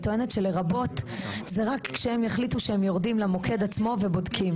היא טוענת ש'לרבות' זה רק כשהם יחליטו שהם יורדים למוקד עצמו ובודקים.